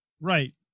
Right